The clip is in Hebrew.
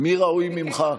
מי ראוי ממך?